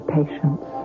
patience